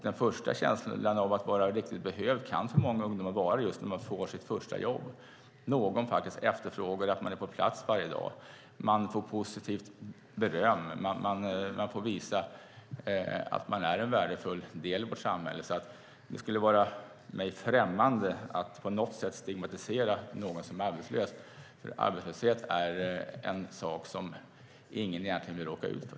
Den första känslan av att vara riktigt behövd kan för många ungdomar vara just att få sitt första jobb, att någon efterfrågar att man är på plats varje dag, att man får beröm, att man får visa att man är en värdefull del i vårt samhälle. Det skulle vara mig främmande att på något sätt stigmatisera någon som är arbetslös. Arbetslöshet är något som ingen vill råka ut för.